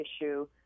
issue